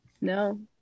no